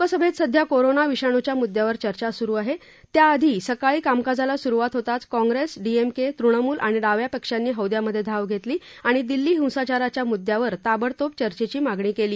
लोकसभेत सध्या कोरोना विषाणूच्या मुद्यावर चर्चा सुरु आहे त्याआधी सकाळी कामकाजाला सुरुवात होताच Congress D M K Trinamool आणि डाव्या पक्षांनी हौद्यामध्ये धाव घेतली आणि दिल्ली हिंसाचाराच्या मुद्यावर ताबोडतोब चर्चेची मागणी केली